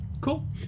cool